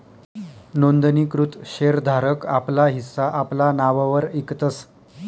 नोंदणीकृत शेर धारक आपला हिस्सा आपला नाववर इकतस